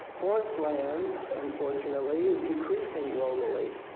forest land, unfortunately, is decreasing globally,